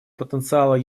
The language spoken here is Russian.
потенциала